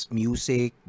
music